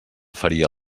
faria